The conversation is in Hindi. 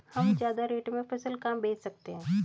हम ज्यादा रेट में फसल कहाँ बेच सकते हैं?